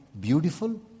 beautiful